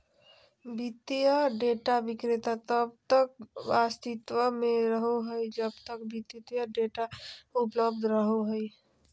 वित्तीय डेटा विक्रेता तब तक अस्तित्व में रहो हइ जब तक वित्तीय डेटा उपलब्ध रहो हइ